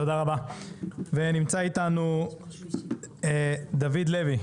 תודה רבה ונמצא איתנו דויד לוי,